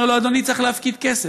אומר: אדוני, צריך להפקיד כסף.